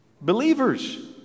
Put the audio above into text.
Believers